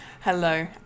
hello